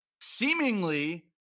seemingly